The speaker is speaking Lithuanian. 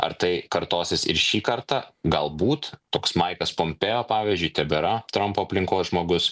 ar tai kartosis ir šį kartą galbūt toks maikas pompeo pavyzdžiui tebėra trampo aplinkos žmogus